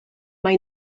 mae